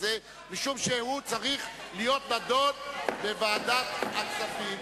זה משום שהוא צריך להידון בוועדת הכספים.